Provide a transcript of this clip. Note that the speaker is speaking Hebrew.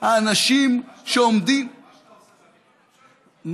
האנשים שעומדים,